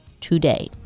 today